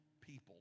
people